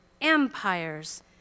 empires